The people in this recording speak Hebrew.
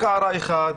רק הערה אחת.